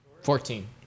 fourteen